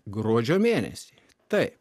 gruodžio mėnesį taip